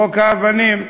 חוק האבנים.